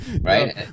right